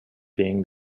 being